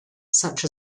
such